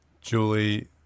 julie